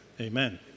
Amen